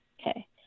Okay